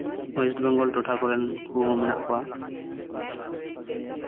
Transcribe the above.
West Bengal ᱴᱚᱴᱷᱟ ᱠᱚᱨᱮᱱ ᱩᱱᱠᱩ ᱦᱚᱸ ᱢᱮᱱᱟᱜ ᱠᱚᱣᱟ